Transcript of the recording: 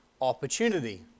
opportunity